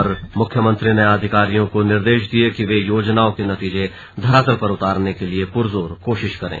और मुख्यमंत्री ने अधिकारियों को निर्देश दिये कि वे योजनाओं के नतीजे धरातल पर उतारने के लिए पुरजोर कोशिश करें